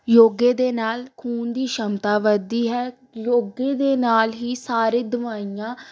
ਯੋਗੇ ਦੇ ਨਾਲ ਖੂਨ ਦੀ ਛਮਤਾ ਵੱਧਦੀ ਹੈ ਯੋਗੇ ਦੇ ਨਾਲ ਹੀ ਸਾਰੇ ਦਵਾਈਆਂ